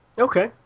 Okay